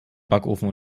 backofen